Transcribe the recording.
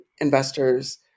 investors